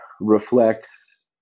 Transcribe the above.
reflects